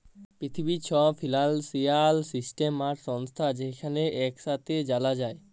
পিথিবীর ছব financial system আর সংস্থা যেখালে ইকসাথে জালা যায়